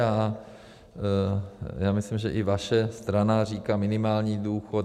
A já myslím, že i vaše strana říká minimální důchod atd.